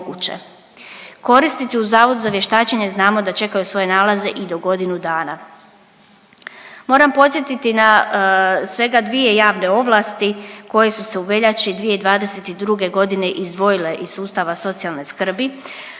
Korisnici u Zavodu za vještačenje znamo da čekaju svoje nalaze i do godinu dana. Moram podsjetiti na svega dvije javne ovlasti koje su se u veljači 2022. godine izdvojile iz sustava socijalne skrbi,